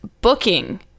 booking